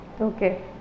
Okay